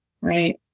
Right